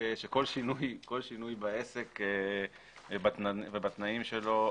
שכל שינוי בעסק ובתנאים שלו,